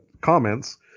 comments